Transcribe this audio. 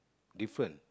different